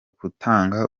kutanga